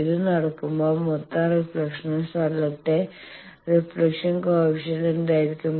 ഇത് നടക്കുമ്പോൾ മൊത്തം റിഫ്ലക്ഷന് സ്ഥലത്തെ റിഫ്ലക്ഷൻ കോയെഫിഷ്യന്റ് എന്തായിരിക്കും